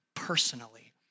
personally